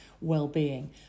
well-being